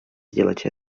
сделать